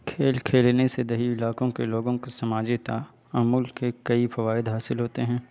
کھیل کھیلنے سے دیہی علاقوں کے لوگوں کو سماجی تعمل کے کئی فوائد حاصل ہوتے ہیں